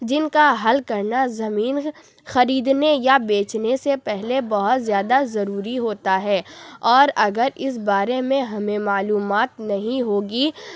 جن کا حل کرنا زمین خریدنے یا بیچنے سے پہلے بہت زیادہ ضروری ہوتا ہے اور اگر اس بارے میں ہمیں معلومات نہیں ہوں گی